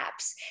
apps